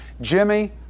Jimmy